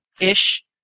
ish